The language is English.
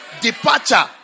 departure